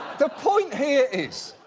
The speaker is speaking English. the point here is,